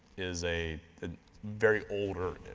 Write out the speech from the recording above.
is a very older,